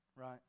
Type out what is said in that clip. right